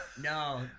no